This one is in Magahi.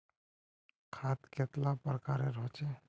खाद कतेला प्रकारेर होचे?